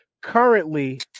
Currently